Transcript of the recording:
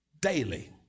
Daily